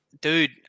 Dude